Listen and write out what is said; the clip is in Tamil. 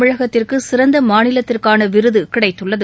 தமிழகத்திற்குசிறந்தமாநிலத்திற்கானவிருதுகிடைத்துள்ளது